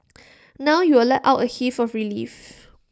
now you will let out A heave of relief